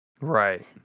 Right